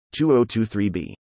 2023b